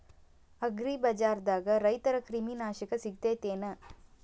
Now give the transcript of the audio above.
ಅಗ್ರಿಬಜಾರ್ದಾಗ ರೈತರ ಕ್ರಿಮಿ ನಾಶಕ ಸಿಗತೇತಿ ಏನ್?